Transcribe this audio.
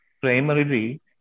primarily